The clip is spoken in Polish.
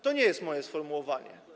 To nie jest moje sformułowanie.